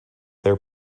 their